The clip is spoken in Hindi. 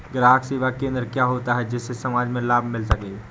ग्राहक सेवा केंद्र क्या होता है जिससे समाज में लाभ मिल सके?